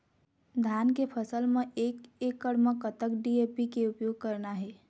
धान के फसल म एक एकड़ म कतक डी.ए.पी के उपयोग करना हे?